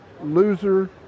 loser